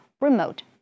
remote